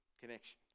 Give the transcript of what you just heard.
connection